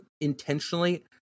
intentionally